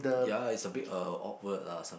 ya it's a bit uh awkward lah some